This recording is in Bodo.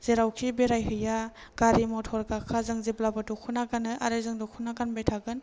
जेरावखि बेरायहैया गारि मटर गाखोबा जों जेब्लायबो दख'ना गानो आरो जों दख'ना गानबाय थागोन